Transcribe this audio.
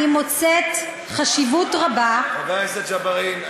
מוצאת חשיבות רבה, חבר הכנסת ג'בארין.